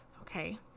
okay